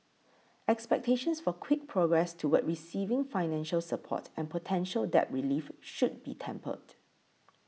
expectations for quick progress toward receiving financial support and potential debt relief should be tempered